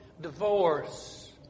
divorce